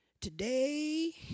Today